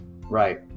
Right